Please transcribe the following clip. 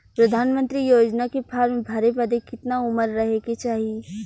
प्रधानमंत्री योजना के फॉर्म भरे बदे कितना उमर रहे के चाही?